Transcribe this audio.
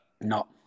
No